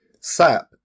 SAP